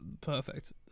perfect